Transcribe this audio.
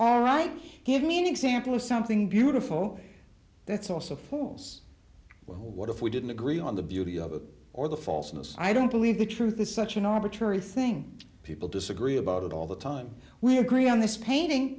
all right he gave me an example of something beautiful that's also falls well what if we didn't agree on the beauty of it or the falseness i don't believe the truth is such an arbitrary thing people disagree about all the time we agree on this painting